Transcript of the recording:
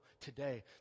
today